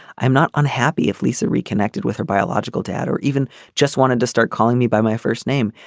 i'm not unhappy if lisa reconnected with her biological dad or even just wanted to start calling me by my first name.